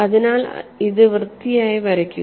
അതിനാൽ ഇത് വൃത്തിയായി വരക്കുക